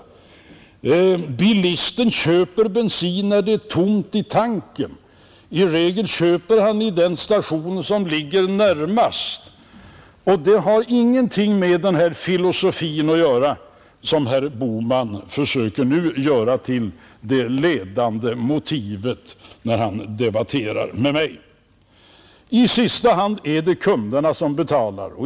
Bilisten köper bensin när det är tomt i tanken. I regel köper han vid den station som ligger närmast och det har ingenting med den filosofi att göra som herr Bohman försöker göra till det ledande motivet nu när han debatterar med mig. I sista hand är det kunderna som betalar.